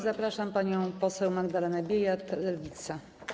Zapraszam panią poseł Magdalenę Biejat, Lewica.